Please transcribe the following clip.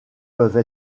peuvent